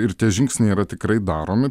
ir tie žingsniai yra tikrai daromi